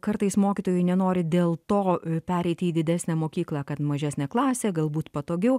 kartais mokytojai nenori dėl to pereiti į didesnę mokyklą kad mažesnė klasė galbūt patogiau